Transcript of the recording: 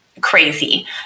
crazy